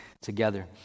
together